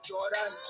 Jordan